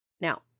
Now